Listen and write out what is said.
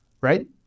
right